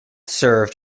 served